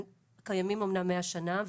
הם קיימים אמנם 100 שנה,